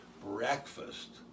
breakfast